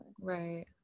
right